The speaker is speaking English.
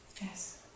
Yes